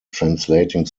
translating